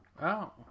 Wow